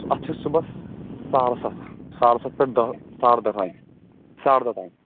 اَتھ چھُ صُبحَس ساڑٕ سَتھ ساڑٕ سَتھ پٮ۪ٹھ دہ ساڑ دہ تانۍ ساڑ دہ تانۍ